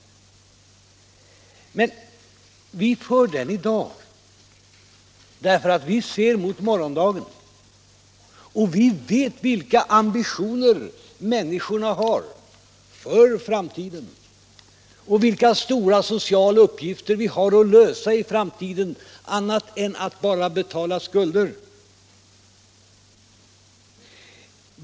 Vi för vår del för en ansvarsfull politik i dag, därför att vi siktar mot morgondagen, och vi vet vilka ambitioner människorna har när det gäller framtiden och vilka stora sociala uppgifter vi kommer att vara tvungna att lösa — inte bara att betala skulder.